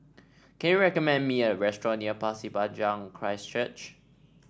can you recommend me a restaurant near Pasir Panjang Christ Church